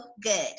good